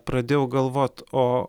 pradėjau galvot o